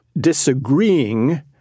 disagreeing